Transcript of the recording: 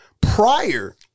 prior